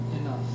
enough